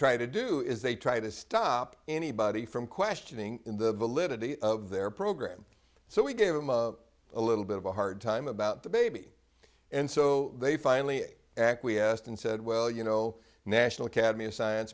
try to do is they try to stop anybody from questioning the validity of their program so we gave him a little bit of a hard time about the baby and so they finally acquiesced and said well you know national academy of science